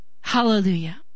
Hallelujah